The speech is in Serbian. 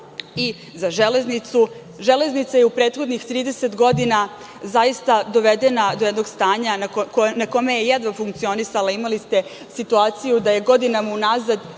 i za železnicu. Železnica je u prethodnih 30 godina zaista dovedena do jednog stanja na kome je jedva funkcionisala. Imali ste situaciju da je godinama unazad